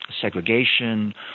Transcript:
segregation